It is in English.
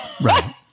Right